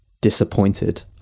disappointed